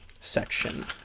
section